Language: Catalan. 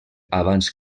abans